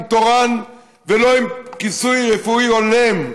עם תורן ובלי כיסוי רפואי הולם,